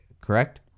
correct